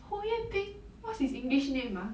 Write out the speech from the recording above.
hu yan bin what's his english name ah